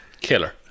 Killer